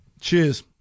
Cheers